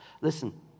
listen